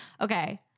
okay